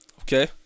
Okay